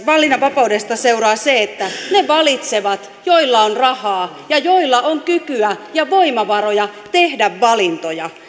valinnanvapaudesta seuraa se että ne valitsevat joilla on rahaa ja joilla on kykyä ja voimavaroja tehdä valintoja